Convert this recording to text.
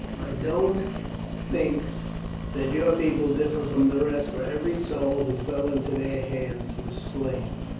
i don't think that your people differ from the rest, for every soul who fell into their hands was slain.